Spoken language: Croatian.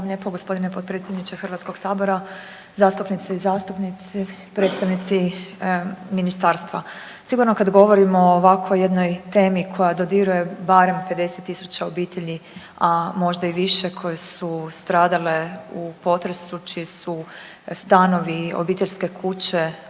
Hrvatskog sabora, zastupnice i zastupnici, predstavnici ministarstva. Sigurno kad govorimo o ovakvoj jednoj temi koja dodiruje barem 50 000 obitelji, a možda i više koje su stradale u potresu čiji su stanovi, obiteljske kuće